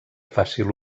fàcil